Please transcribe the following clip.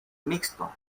mixto